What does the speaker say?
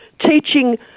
teaching